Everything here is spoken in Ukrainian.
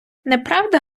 неправда